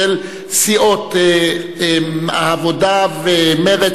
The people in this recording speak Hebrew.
של סיעות העבודה ומרצ,